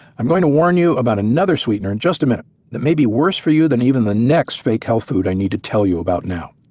i'm going to warn you about another sweetener in just a minute that may be worse for you than even the next fake health food i need to tell you about now.